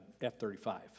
F-35